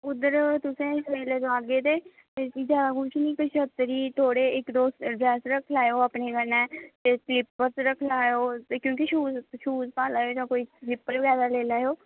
उद्धर तुस इस बेल्लै जाह्गे ते जादै कुछ निं छत्तरी ते इक्क दौ थोह्ड़े गैस रक्खी लैयो अपने कन्नै रक्खी लैयो ते शूज़ जां कोई स्लीपर बगैरा रक्खी लैयो